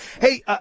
Hey